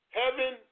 heaven